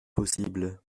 possible